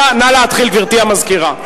להתחיל בהצבעה.